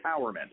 empowerment